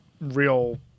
real